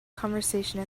conversation